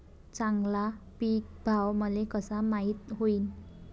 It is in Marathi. चांगला पीक भाव मले कसा माइत होईन?